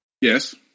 Yes